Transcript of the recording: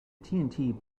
tnt